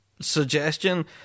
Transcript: suggestion